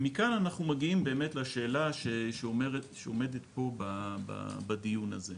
מכאן אנחנו מגיעים לשאלה שעומדת פה בדיון הזה,